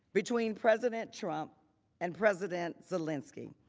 between president trump and president zelensky.